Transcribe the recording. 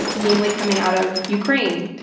ah namely coming out of ukraine,